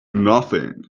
nothing